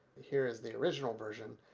here is the original version.